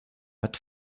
but